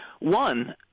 One